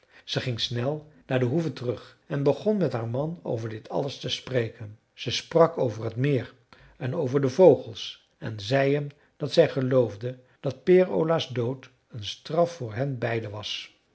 ze ging snel naar de hoeve terug en begon met haar man over dit alles te spreken ze sprak over het meer en over de vogels en zei hem dat zij geloofde dat peer ola's dood een straf voor hen beiden was